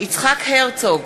יצחק הרצוג,